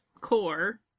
core